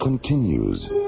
continues